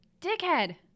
Dickhead